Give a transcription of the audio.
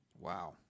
Wow